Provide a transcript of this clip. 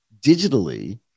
digitally